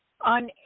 On